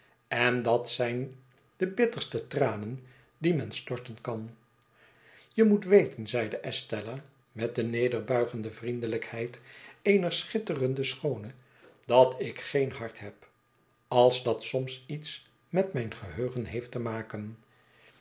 en dat zijn de bitterste tranen die men storten kan je moet weten zeide estella met de nederbuigende vriendelijkheid eener schitterende schoone dat ik geen hart heb als dat soms iets met mijn geheugen heeft te maken